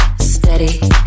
steady